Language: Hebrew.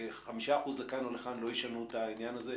ו-5% לכאן ולכאן לא ישנו את העניין הזה.